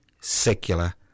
secular